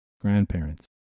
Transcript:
Grandparents